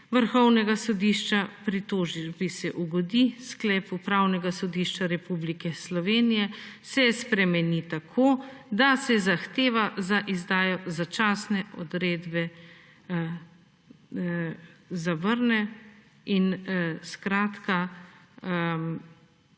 Vrhovnega sodišča pritožbi se ugodi, sklep Upravnega sodišča Republike Slovenije se spremeni tako, da se zahteva za izdajo začasne odredbe zavrne in skratka